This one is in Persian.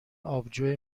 آبجو